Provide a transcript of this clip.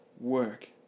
work